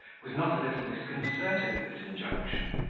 was not a little disconcerted at this injunction,